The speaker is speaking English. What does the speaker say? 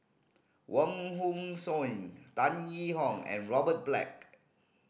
Wong Hong Suen Tan Yee Hong and Robert Black